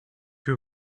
que